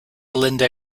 linda